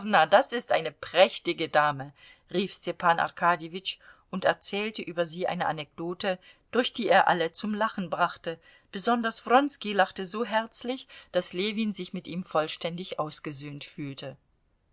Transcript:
das ist eine prächtige dame rief stepan arkadjewitsch und erzählte über sie eine anekdote durch die er alle zum lachen brachte besonders wronski lachte so herzlich daß ljewin sich mit ihm vollständig ausgesöhnt fühlte